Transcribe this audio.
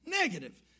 negative